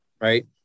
right